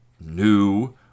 new